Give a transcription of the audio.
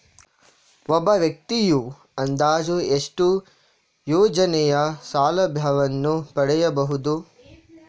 ಒಬ್ಬ ವ್ಯಕ್ತಿಯು ಅಂದಾಜು ಎಷ್ಟು ಯೋಜನೆಯ ಸೌಲಭ್ಯವನ್ನು ಪಡೆಯಬಹುದು?